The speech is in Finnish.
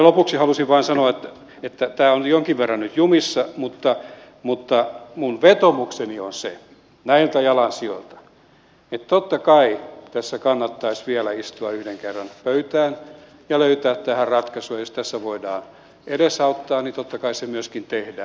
lopuksi halusin vain sanoa että tämä on jonkin verran nyt jumissa mutta minun vetoomukseni on näiltä jalansijoilta se että totta kai tässä kannattaisi istua vielä yhden kerran pöytään ja löytää tähän ratkaisu ja jos tässä voidaan edesauttaa niin totta kai se myöskin tehdään